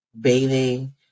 bathing